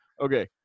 okay